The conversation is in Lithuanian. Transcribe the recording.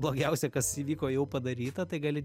blogiausia kas įvyko jau padaryta tai gali